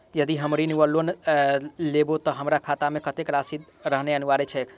यदि हम ऋण वा लोन लेबै तऽ हमरा खाता मे कत्तेक राशि रहनैय अनिवार्य छैक?